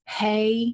hey